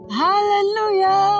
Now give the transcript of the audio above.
hallelujah